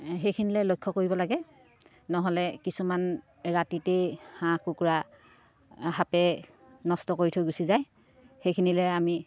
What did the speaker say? সেইখিনিলে লক্ষ্য কৰিব লাগে নহ'লে কিছুমান ৰাতিতেই হাঁহ কুকুৰা সাপে নষ্ট কৰি থৈ গুচি যায় সেইখিনিলে আমি